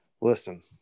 Listen